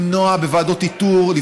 למנוע בוועדות איתור,